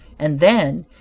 and then,